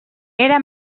era